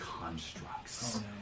constructs